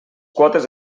quotes